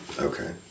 Okay